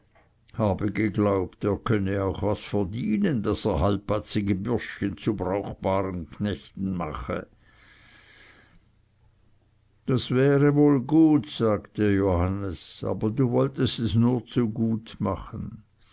habe geglaubt er könne auch was verdienen daß er halbbatzige bürschchen zu brauchbaren knechten mache das wäre wohl gut sagte johannes aber du wolltest es nur zu gut machen